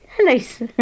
Nice